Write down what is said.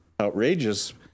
outrageous